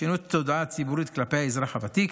שינוי התודעה הציבורית כלפי האזרח הוותיק,